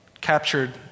captured